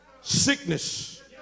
Sickness